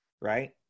right